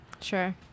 sure